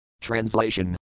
Translation